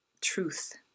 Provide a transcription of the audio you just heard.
truth